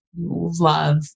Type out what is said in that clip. love